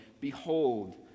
Behold